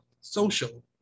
social